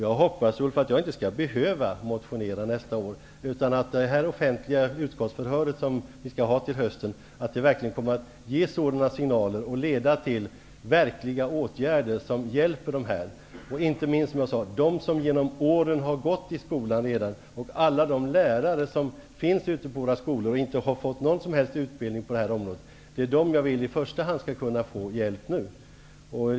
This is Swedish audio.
Jag hoppas, Ulf Melin, att jag inte skall behöva motionera nästa år, utan att det offentliga utskottsförhör som vi skall ha till hösten verkligen kommer att ge sådana signaler att det leder till verkliga åtgärder som hjälper de här eleverna, inte minst dem som genom åren har gått i skolan redan och alla de lärare som finns ute på våra skolor och inte har fått någon som helst utbildning på det här området. Det är dessa jag i första hand vill skall kunna få hjälp nu.